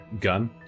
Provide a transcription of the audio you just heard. Gun